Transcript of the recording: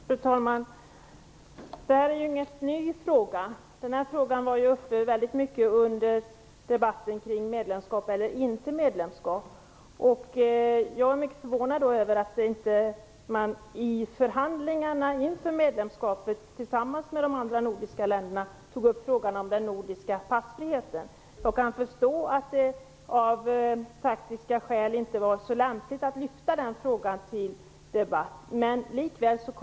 Fru talman! Det här är ju ingen ny fråga. Den var ju uppe väldigt mycket under debatten kring medlemskap respektive inte medlemskap. Jag är mycket förvånad över att man inte i förhandlingarna inför medlemskapet tillsammans med de andra nordiska länderna tog upp frågan om den nordiska passfriheten. Jag kan förstå att det av taktiska skäl inte var så lämpligt att lyfta fram den frågan till debatt.